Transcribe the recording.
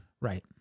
Right